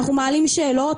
אנחנו מעלים שאלות,